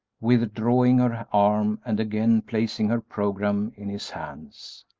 withdrawing her arm and again placing her programme in his hands.